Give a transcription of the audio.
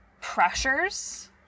pressures